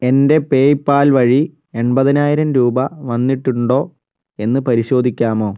എൻ്റെ പേയ്പാൽ വഴി എൺപതിനായിരം രൂപ വന്നിട്ടുണ്ടോ എന്ന് പരിശോധിക്കാമോ